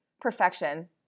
perfection